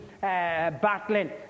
battling